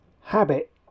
habit